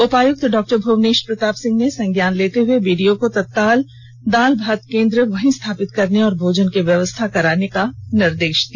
उपायुक्त डॉ भुवनेश प्रताप सिंह ने संज्ञान लेते हुए बीडीओ को तत्काल एक दाल भात केंद्र को वहीं स्थापित करने और भोजन की व्यवस्था करवाने का निर्देश दिया